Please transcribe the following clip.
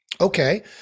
Okay